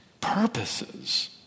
purposes